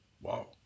Wow